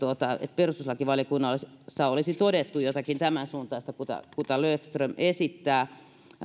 perustuslakivaliokunnassa olisi todettu jotakin tämänsuuntaista mitä löfström esittää